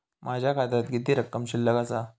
माझ्या खात्यात किती रक्कम शिल्लक आसा?